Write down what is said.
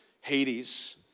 Hades